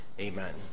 Amen